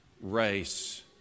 race